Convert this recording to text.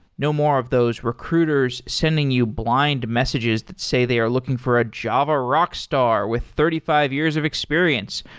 no more of those recruiters sending you blind messages that say they are looking for a java rock star with thirty five years of experience,